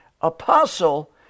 apostle